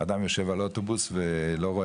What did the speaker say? אדם יושב באוטובוס ולא רואה